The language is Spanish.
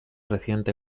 reciente